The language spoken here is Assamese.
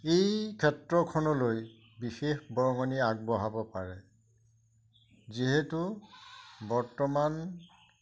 এই ক্ষেত্ৰখনলৈ বিশেষ বৰঙণি আগবঢ়াব পাৰে যিহেতু বৰ্তমান